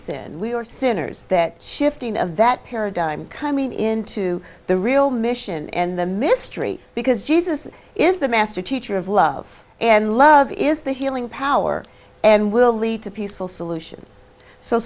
sin we are sinners that shifting of that paradigm coming into the real mission and the mystery because jesus is the master teacher of love and love is the healing power and will lead to peaceful solutions so